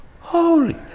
Holy